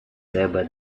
тебе